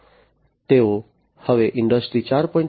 તેઓ હવે ઈન્ડસ્ટ્રી 4